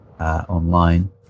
online